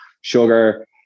sugar